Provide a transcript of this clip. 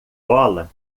bola